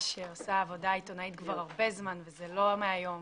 זו הייתה אחת הישיבות הראשונות שקיימנו עם